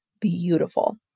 beautiful